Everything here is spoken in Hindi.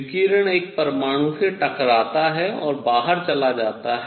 विकिरण एक परमाणु से टकराता है और बाहर चला जाता है